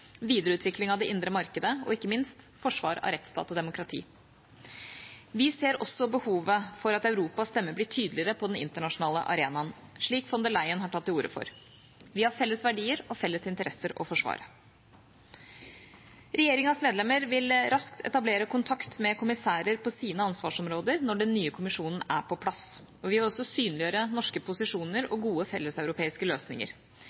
videreutvikling av det indre markedet, og ikke minst: forsvar av rettsstat og demokrati. Vi ser også behovet for at Europas stemme blir tydeligere på den internasjonale arenaen, slik von der Leyen har tatt til orde for. Vi har felles verdier og felles interesser å forsvare. Regjeringas medlemmer vil raskt etablere kontakt med kommissærer på sine ansvarsområder når den nye Kommisjonen er på plass, og vi vil synliggjøre norske posisjoner og gode felleseuropeiske løsninger.